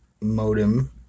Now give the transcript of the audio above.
modem